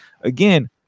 again